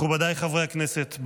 מכובדיי חברי הכנסת,